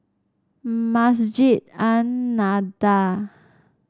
Masjid An Nahdhah